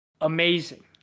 Amazing